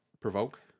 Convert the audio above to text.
Provoke